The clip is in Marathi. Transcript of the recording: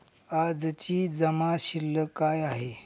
आजची जमा शिल्लक काय आहे?